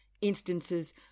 Instances